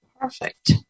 Perfect